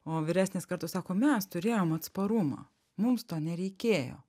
o vyresnės kartos sako mes turėjom atsparumą mums to nereikėjo